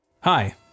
Hi